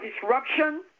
disruption